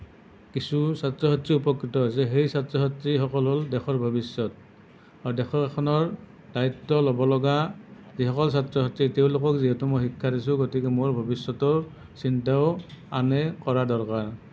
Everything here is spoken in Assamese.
কিছু ছাত্ৰ ছাত্ৰী উপকৃত হৈছে সেই ছাত্ৰ ছাত্ৰীসকল হ'ল দেশৰ ভৱিষ্যত আৰু দেশ এখনৰ দ্বায়িত্ব ল'ব লগা যিসকল ছাত্ৰ ছাত্ৰী তেওঁলোকক যিহেতু মই শিক্ষা দিছোঁ গতিকে মোৰ ভৱিষ্যতৰ চিন্তাও আনে কৰা দৰকাৰ